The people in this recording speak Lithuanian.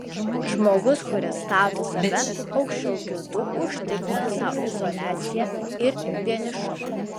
žmogus kuris stato save aukščiau kitų užtikrina sau izoliaciją ir vienišumą